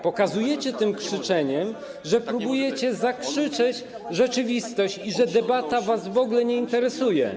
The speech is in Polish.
Pokazujecie tym krzyczeniem, że próbujecie zakrzyczeć rzeczywistość i że debata was w ogóle nie interesuje.